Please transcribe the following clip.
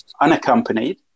unaccompanied